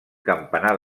campanar